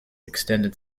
extended